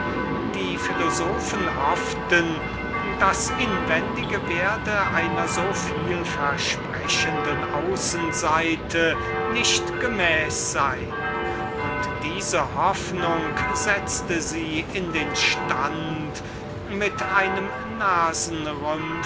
die philosophen hofften daß das inwendige einer so viel versprechenden außenseite nicht gemäß sein werde und diese hoffnung setzte sie in den stand mit einem